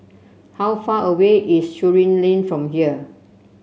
how far away is Surin Lane from here